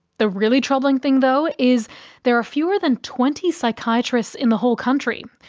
the really troubling thing though is there are fewer than twenty psychiatrists in the whole country,